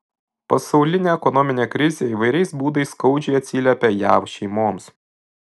pasaulinė ekonominė krizė įvairiais būdais skaudžiai atsiliepia jav šeimoms